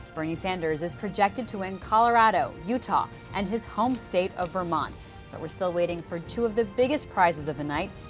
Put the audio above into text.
bernie sanders is projected to win colorado, utah and his home state of vermont. but we are still waiting for two of the biggest prizes of the night,